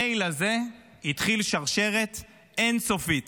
המייל הזה התחיל שרשרת אין-סופית